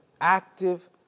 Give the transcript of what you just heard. active